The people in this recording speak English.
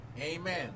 Amen